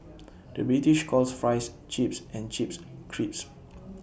the British calls Fries Chips and Chips Crisps